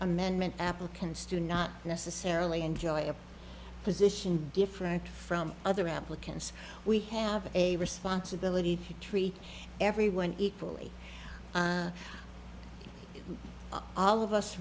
amendment apple can still not necessarily enjoy a position different from other applicants we have a responsibility to treat everyone equally all of us